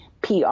PR